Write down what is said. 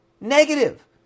Negative